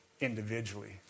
individually